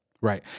Right